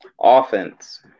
offense